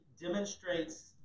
demonstrates